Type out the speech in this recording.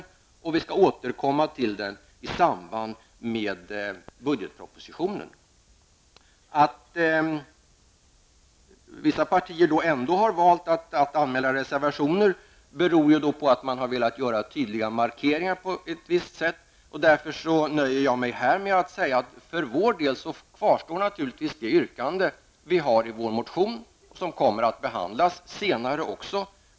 Vi skall i stället återkomma till den här frågan i samband med budgetpropositionen. Att vissa partier ändå har valt att anmäla reservationer beror på att man har velat göra tydliga markeringar på ett visst sätt. Jag nöjer mig i detta avseende med att säga att för vår del kvarstår naturligtvis yrkandet i vår motion, som också kommer att behandlas senare.